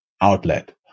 outlet